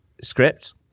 script